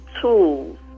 tools